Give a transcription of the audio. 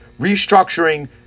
restructuring